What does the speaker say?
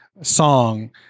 song